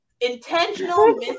Intentional